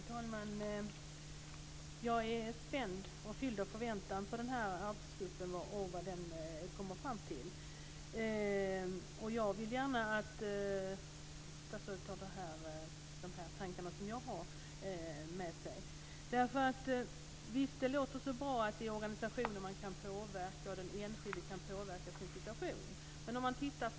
Fru talman! Jag är spänd och fylld av förväntan på arbetsgruppen och vad den kommer fram till. Jag vill gärna att statsrådet tar med sig de tankar som jag har framfört. Visst, det låter bra att den enskilde kan påverka organisationen och sin situation.